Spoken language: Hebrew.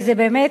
באמת,